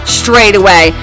straightaway